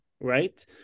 right